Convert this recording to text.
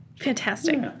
fantastic